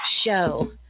show